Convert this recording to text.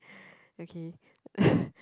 okay